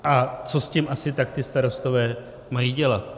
A co s tím asi tak ti starostové mají dělat?